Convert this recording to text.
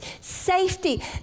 safety